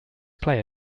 play